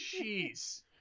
jeez